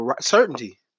certainty